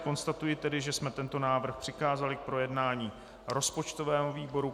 Konstatuji tedy, že jsme tento návrh přikázali k projednání rozpočtovému výboru.